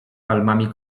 palmami